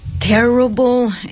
terrible